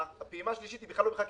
הפעימה השלישית היא בכלל לא בחקיקה,